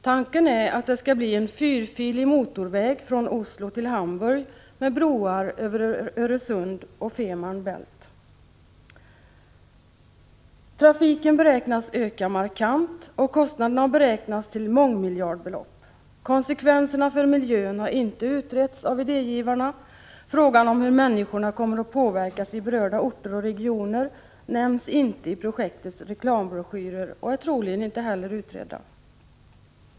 Tanken är att det skall bli en fyrfilig motorväg från Oslo till Hamburg med broar över Öresund och Femer Bält. Trafiken beräknas öka markant. Kostnaden har beräknats till mångmiljardbelopp. Konsekvenserna för miljön har inte utretts av idégivarna. Frågan om hur människorna kommer att påverkas i berörda orter och regioner nämns inte i projektets reklambroschyrer och är troligen inte heller utredd.